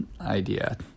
idea